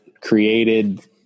created